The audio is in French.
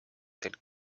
telles